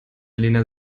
lena